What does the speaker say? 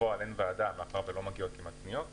בפועל הוועדה לא מתכנסת כי לא מגיעות כמעט פניות לניתוק.